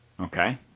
Okay